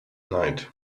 night